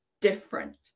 different